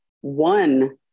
one